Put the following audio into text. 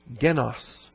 genos